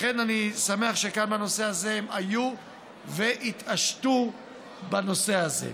לכן, אני שמח שכאן הם התעשתו בנושא הזה.